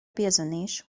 piezvanīšu